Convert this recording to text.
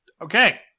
Okay